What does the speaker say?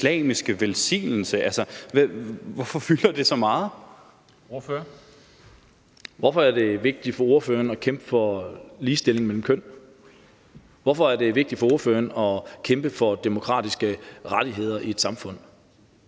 Lars Boje Mathiesen (NB): Hvorfor er det vigtigt for ordføreren at kæmpe for ligestilling mellem køn? Hvorfor er det vigtigt for ordføreren at kæmpe for demokratiske rettigheder i et samfund?